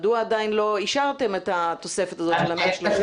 מדוע עדיין לא אישרתם את התוספת הזאת של 130 אלף שקלים?